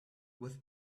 with